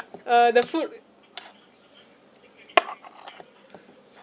uh the food